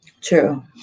True